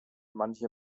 manche